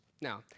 Now